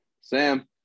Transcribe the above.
Sam